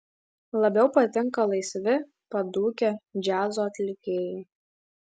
labiau patinka laisvi padūkę džiazo atlikėjai